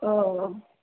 अ